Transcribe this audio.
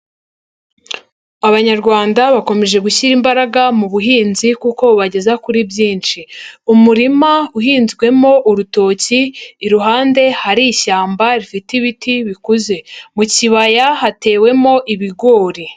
Abanyarwanda bakomeje gushyira imbaraga mu buhinzi kuko bubageza kuri byinshi. Umurima uhinzwemo urutoki, iruhande hari ishyamba rifite ibiti bikuze. Mu kibaya hatewemo ibigori.